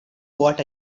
what